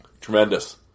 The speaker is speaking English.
Tremendous